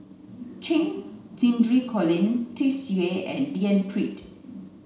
Cheng Xinru Colin Tsung Yeh and D N Pritt